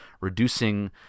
reducing